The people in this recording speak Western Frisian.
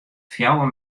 fjouwer